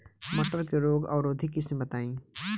मटर के रोग अवरोधी किस्म बताई?